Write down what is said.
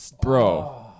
Bro